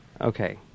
Okay